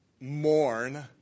mourn